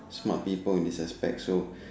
smart people in this aspect so